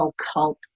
occult